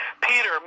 peter